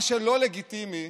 מה שלא לגיטימי